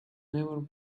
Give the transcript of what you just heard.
never